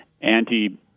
anti